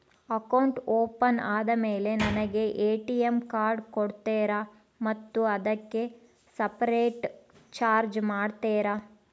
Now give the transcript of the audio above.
Account open ಆದಮೇಲೆ ನನಗೆ ATM card ಕೊಡ್ತೇರಾ ಮತ್ತು ಅದಕ್ಕೆ ಸಪರೇಟ್ ಚಾರ್ಜ್ ಮಾಡ್ತೇರಾ?